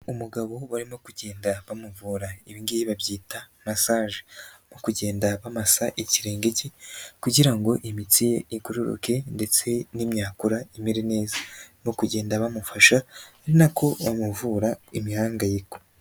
Umugabo barimo kugenda bamuvura ibi ngibi babyita masaje, barimo kugenda bamasa ikirenge ke kugira ngo imitsi ye igororoke ndetse n'imyakura imere neza, barimo kugenda bamufasha ari na ko bamuvura imihandayiko.